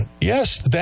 Yes